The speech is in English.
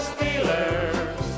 Steelers